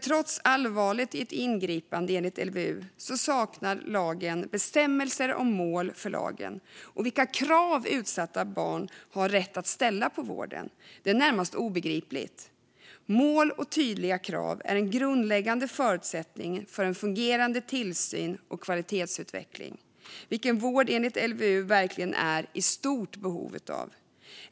Trots allvaret i ett ingripande enligt LVU saknar lagen bestämmelser om mål för lagen och vilka krav utsatta barn har rätt att ställa på vården. Det är närmast obegripligt. Mål och tydliga krav är grundläggande förutsättningar för en fungerande tillsyn och kvalitetsutveckling, vilket vård enligt LVU verkligen är i stort behov av.